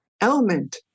element